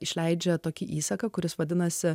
išleidžia tokį įsaką kuris vadinasi